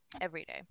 everyday